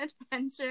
adventure